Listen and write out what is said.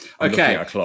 Okay